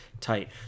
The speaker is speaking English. tight